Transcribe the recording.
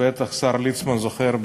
בטח השר ליצמן זוכר.